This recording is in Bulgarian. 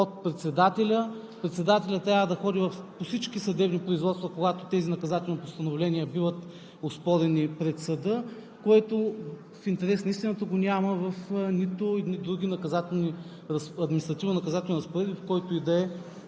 от председателя. Председателят трябва да ходи по всички съдебни производства, когато тези наказателни постановления биват оспорени пред съда, което, в интерес на истината, го няма в нито едни други административнонаказателни разпоредби, в който и